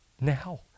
now